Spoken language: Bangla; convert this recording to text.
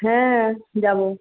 হ্যাঁ যাবো